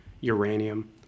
uranium